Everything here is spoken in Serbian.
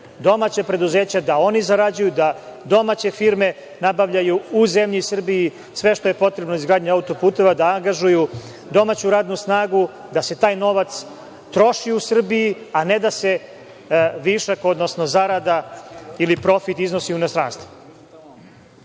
domaća preduzeća, da oni zarađuju, da domaće firme nabavljaju u zemlji Srbiji sve što je potrebno za izgradnju autoputeva, da angažuju domaću radnu snagu, da se taj novac troši u Srbiji, a ne da se višak, odnosno zarada ili profit iznosi u inostranstvo.